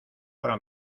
ahora